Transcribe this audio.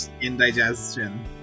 indigestion